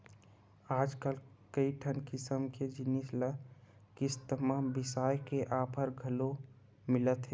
आजकल कइठन किसम के जिनिस ल किस्ती म बिसाए के ऑफर घलो मिलत हे